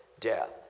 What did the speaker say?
death